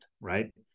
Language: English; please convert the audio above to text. right